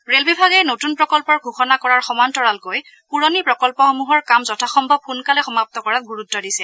rail বিভাগে নতুন প্ৰকল্পৰ ঘোষণা কৰাৰ সমান্তৰালকৈ পূৰণি প্ৰকল্পসমূহৰ কাম যথাসভুৱ সোনকালে সমাপু কৰাত গুৰুত্ব দিছে